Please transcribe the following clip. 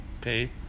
Okay